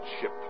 ship